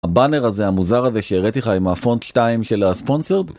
הבאנר הזה המוזר הזה שהראיתי לך עם הפונט 2 של הספונסרד?